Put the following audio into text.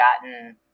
gotten